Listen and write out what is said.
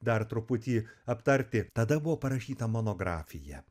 dar truputį aptarti tada buvo parašyta monografija